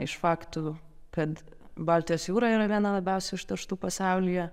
iš faktų kad baltijos jūra yra viena labiausiai užterštų pasaulyje